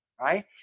right